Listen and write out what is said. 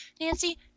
Nancy